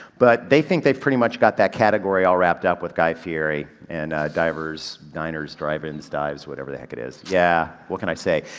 but they think they've pretty much got that category all wrapped up with guy fieri and divers, diners, drive-ins, dives, whatever the heck it is. yeah. what can i say?